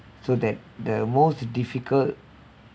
so that the most difficult